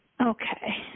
Okay